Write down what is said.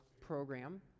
program